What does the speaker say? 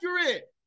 accurate